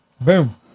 Boom